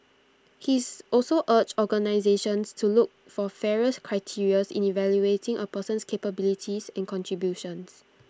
he's also urged organisations to look for fairer criteria's in evaluating A person's capabilities and contributions